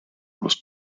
was